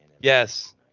Yes